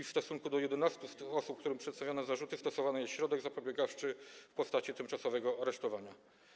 W stosunku do 11 z tych osób, którym przedstawiono zarzuty, stosowany jest środek zapobiegawczy w postaci tymczasowego aresztowania.